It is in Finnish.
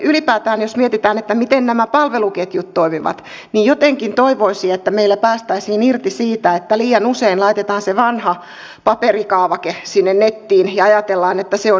ylipäätään jos mietitään miten nämä palveluketjut toimivat jotenkin toivoisi että meillä päästäisiin irti siitä että liian usein laitetaan se vanha paperikaavake sinne nettiin ja ajatellaan että se on digitaalista palvelua